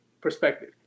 perspective